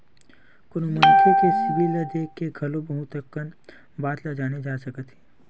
कोनो मनखे के सिबिल ल देख के घलो बहुत कन बात ल जाने जा सकत हे